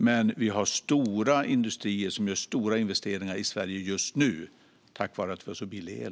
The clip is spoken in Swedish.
Men vi har stora industrier som gör stora investeringar i Sverige just nu tack vare att vi har så billig el.